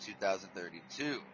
2032